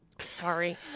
Sorry